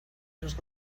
los